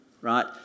right